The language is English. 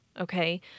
Okay